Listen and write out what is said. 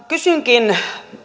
kysynkin